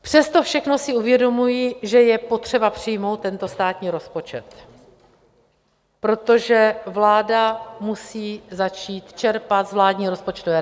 Přes to všechno si uvědomuji, že je potřeba přijmout tento státní rozpočet, protože vláda musí začít čerpat z vládní rozpočtové rezervy.